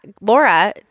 Laura